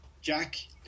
Jack